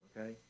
okay